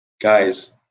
Guys